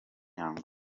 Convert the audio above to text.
young